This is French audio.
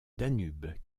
danube